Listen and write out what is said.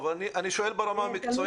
אני שואל ברמה המקצועית.